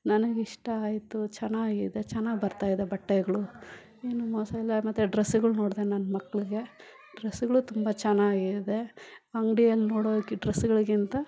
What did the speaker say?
ನನಗೆ ಇಷ್ಟ ಆಯಿತು ಚೆನ್ನಾಗಿದೆ ಚೆನ್ನಾಗ್ ಬರ್ತಾಯಿದೆ ಬಟ್ಟೆಗಳು ಏನು ಮೋಸ ಇಲ್ಲ ಮತ್ತು ಡ್ರಸ್ಸುಗಳು ನೋಡಿದೆ ನನ್ನ ಮಕ್ಳಿಗೆ ಡ್ರಸ್ಸುಗಳು ತುಂಬ ಚೆನ್ನಾಗಿದೆ ಅಂಗಡಿಯಲ್ ನೋಡೋಕೆ ಡ್ರಸ್ಗಳಿಗಿಂತ